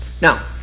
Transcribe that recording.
Now